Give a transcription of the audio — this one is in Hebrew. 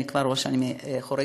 אני רואה שאני חורגת,